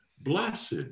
blessed